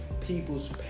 people's